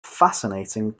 fascinating